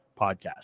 podcast